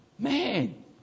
Man